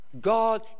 God